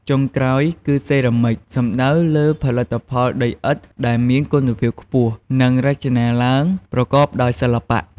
ចុងក្រោយគឺសេរ៉ាមិច សំដៅលើផលិតផលដីឥដ្ឋដែលមានគុណភាពខ្ពស់ និងរចនាឡើងប្រកបដោយសិល្បៈ។